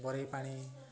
ବରେଇ ପାଣି